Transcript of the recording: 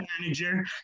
manager